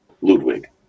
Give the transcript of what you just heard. Ludwig